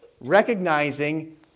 Recognizing